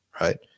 Right